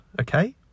okay